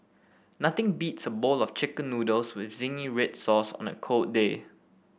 nothing beats a bowl of chicken noodles with zingy red sauce on a cold day